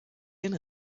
den